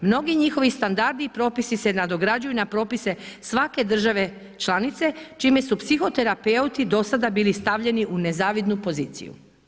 Mnogi njihovi standardi i propisi se nadograđuju na propise svake države članice čime su psihoterapeuti do sada bili stavljeni u nezavidnu poziciju.